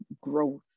growth